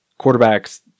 quarterbacks